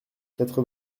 quatre